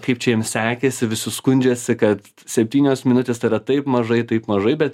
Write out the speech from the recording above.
kaip čia jiems sekėsi visi skundžiasi kad septynios minutės tave taip mažai taip mažai bet